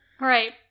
Right